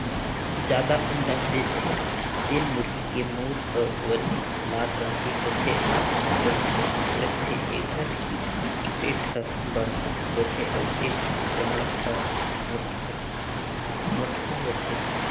जादा अंडा देथे तेन मुरगी के मउर ह बने लाल रंग के होथे अउ चमकत रहिथे, एखर पेट हर बड़खा होथे अउ एखर चमड़ा हर मोटहा होथे